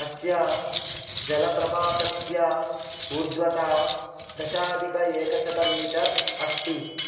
अस्य जलप्रपातस्य ऊर्ध्वता दशाधिकेकशतमीटर् अस्ति